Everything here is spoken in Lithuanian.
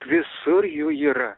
visur jų yra